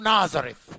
Nazareth